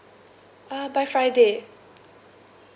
uh by friday